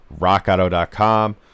RockAuto.com